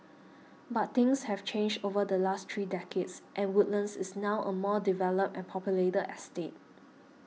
but things have changed over the last three decades and Woodlands is now a more developed and populated estate